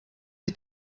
ich